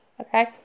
Okay